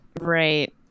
right